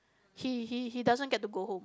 he he he doesn't get to go home